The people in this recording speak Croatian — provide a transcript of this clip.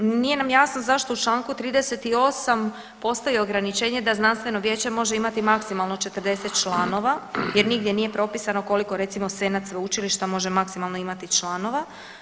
Nije nam jasno zašto u čl. 38. postoji ograničenje da znanstveno vijeće može imati maksimalno 40 članova jer nigdje nije propisano koliko recimo senat sveučilišta može maksimalno imati članova.